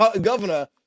governor